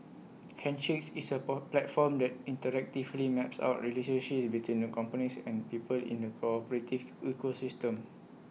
handshakes is A poor platform that interactively maps out relationships between the companies and people in the corporative ecosystem